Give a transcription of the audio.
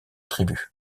tribus